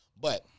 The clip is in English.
but-